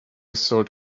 sold